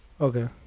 Okay